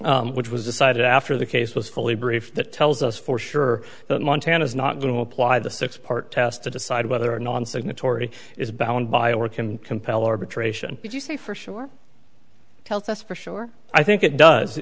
which was decided after the case was fully briefed that tells us for sure that montana is not going to apply the six part test to decide whether non signatory is bound by or can compel arbitration would you say for sure tells us for sure i think it does